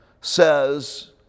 says